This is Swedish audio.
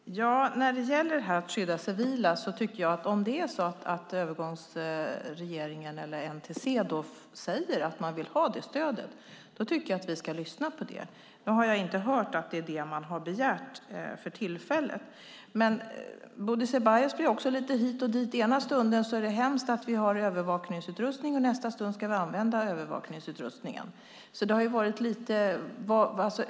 Herr talman! När det gäller att skydda civila tycker jag att om det är så att övergångsregeringen, NTC, säger att man vill ha det stödet, då tycker jag att vi ska lyssna på det. Nu har jag inte hört att det är det man har begärt för tillfället, men Bodil Ceballos är också lite hit och dit. I den ena stunden är det hemskt att vi har övervakningsutrustning, och i nästa stund ska vi använda övervakningsutrustningen.